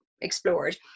explored